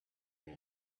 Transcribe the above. that